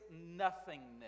nothingness